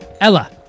Ella